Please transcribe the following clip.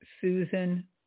Susan